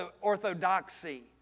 orthodoxy